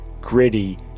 gritty